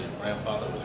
grandfather